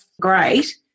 great